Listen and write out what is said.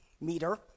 meter